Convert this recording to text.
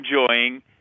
enjoying